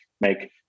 make